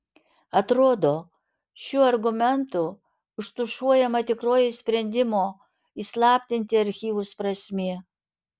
atrodo šiuo argumentu užtušuojama tikroji sprendimo įslaptinti archyvus prasmė